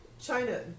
China